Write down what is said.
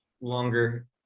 longer